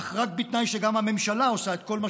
אך רק בתנאי שגם הממשלה עושה את כל מה